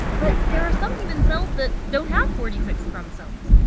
but there are some human cells that don't have forty six chromosomes.